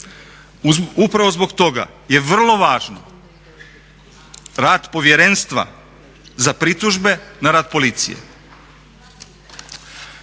Upravo zbog toga je vrlo važno rad povjerenstva za pritužbe na rad policije.